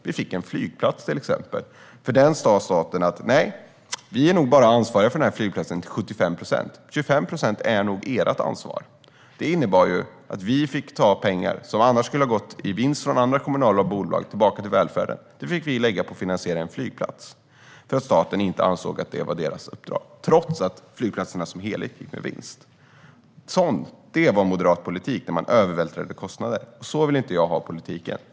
Vi fick till exempel en flygplats. Staten sa: Vi är nog bara ansvariga för den här flygplatsen till 75 procent. 25 procent är nog ert ansvar. Det innebar att vi fick ta pengar från vinst i andra kommunala bolag, som annars skulle ha gått tillbaka till välfärden, till att finansiera en flygplats eftersom staten inte ansåg att det var dess uppdrag trots att flygplatserna som helhet gick med vinst. Det var moderat politik när man övervältrade kostnader. Så vill inte jag ha politiken.